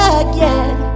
again